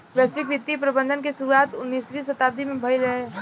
वैश्विक वित्तीय प्रबंधन के शुरुआत उन्नीसवीं शताब्दी में भईल रहे